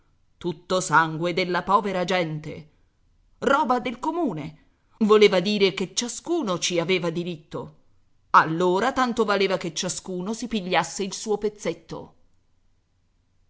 tutto sangue della povera gente roba del comune voleva dire che ciascuno ci aveva diritto allora tanto valeva che ciascuno si pigliasse il suo pezzetto